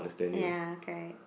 ya correct